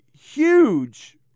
huge